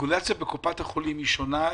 הרגולציה בקופות החולים שונה.